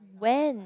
when